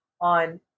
on